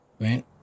right